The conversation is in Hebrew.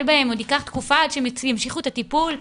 בהם עוד ייקח תקופה עד שהם יתחילו את הטיפול.